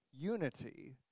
unity